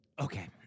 okay